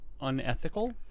unethical